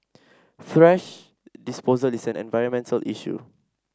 thrash disposal is an environmental issue